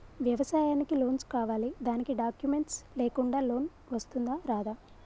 వ్యవసాయానికి లోన్స్ కావాలి దానికి డాక్యుమెంట్స్ లేకుండా లోన్ వస్తుందా రాదా?